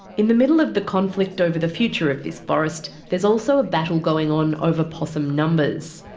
in the middle of the conflict over the future of this forest, there's also a battle going on over possum numbers.